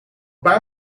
paar